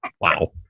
Wow